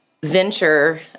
venture